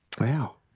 Wow